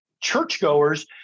churchgoers